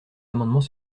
amendement